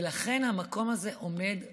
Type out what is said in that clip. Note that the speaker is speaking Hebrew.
לכן המקום הזה עומד ריק.